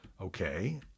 Okay